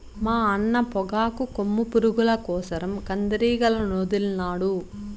మా అన్న పొగాకు కొమ్ము పురుగుల కోసరం కందిరీగలనొదిలినాడు